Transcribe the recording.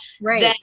right